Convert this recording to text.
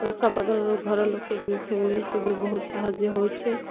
ପଇସାପତର୍ ଘରର୍ ଲୋକ୍ କେ ବି ଫ୍ୟାମିଲି କେ ବି ବହୁତ୍ ସାହାଯ୍ୟ ହେଉଛେ